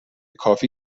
کافی